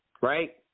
right